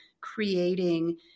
creating –